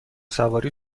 سواری